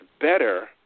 better